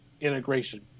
integration